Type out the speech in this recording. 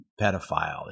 pedophile